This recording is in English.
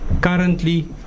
currently